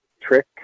trick